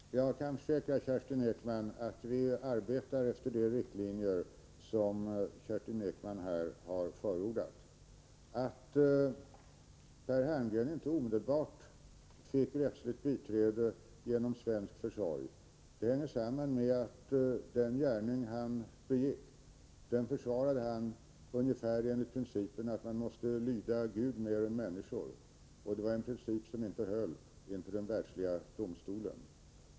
Fru talman! Jag kan försäkra Kerstin Ekman att vi arbetar efter de riktlinjer som hon här har förordat. Att Per Herngren inte omedelbart fick rättsligt biträde genom svensk försorg hänger samman med att han försvarade den gärning som han begick enligt principen att man måste lyda Gud mer än människor. Det var en princip som inte höll inför den världsliga domstolen.